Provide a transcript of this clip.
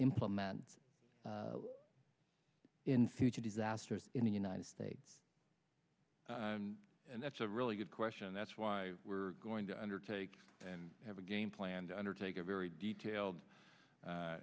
implement in future disasters in the united states and that's a really good question and that's why we're going to undertake and have a game plan to undertake a very detailed a